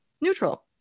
neutral